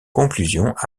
conclusions